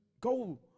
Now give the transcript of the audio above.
go